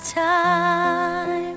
time